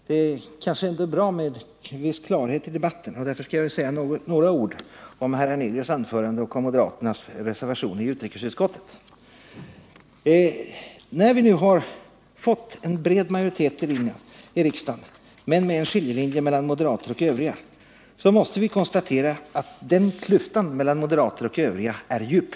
Det är kanske ändå bra med en viss klarhet i debatten, och därför skall jag säga några ord om herr Hernelius anförande och om moderaternas reservation i utrikesutskottet. När vi nu har fått en bred majoritet i riksdagen, men med en skiljelinje mellan moderater och övriga, så måste vi konstatera att klyftan mellan moderater och övriga är djup.